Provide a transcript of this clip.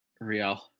Real